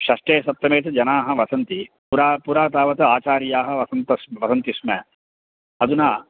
षष्ठे सप्तमे तु जनाः वसन्ति पुरा पुरा तावत् आचार्याः वसन्तः वसन्ति स्म अधुना